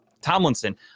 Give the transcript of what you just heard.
Tomlinson